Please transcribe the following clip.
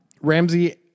Ramsey